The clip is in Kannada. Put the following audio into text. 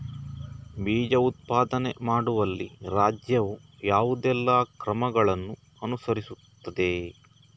ಬೀಜ ಉತ್ಪಾದನೆ ಮಾಡುವಲ್ಲಿ ರಾಜ್ಯವು ಯಾವುದೆಲ್ಲ ಕ್ರಮಗಳನ್ನು ಅನುಕರಿಸುತ್ತದೆ?